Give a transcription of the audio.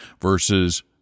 versus